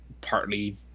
partly